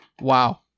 wow